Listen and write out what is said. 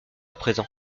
présent